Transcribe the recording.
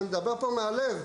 אני מדבר פה מהלב.